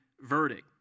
verdict